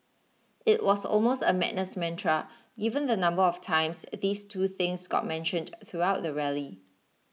it was almost a madness mantra given the number of times these two things got mentioned throughout the rally